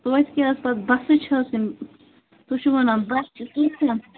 توتہِ کیٛاہ حظ پَتہٕ بَسے چھِ حظ کِنہٕ تُہۍ چھِو وَنان بَس چھِ طوفان